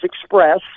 Express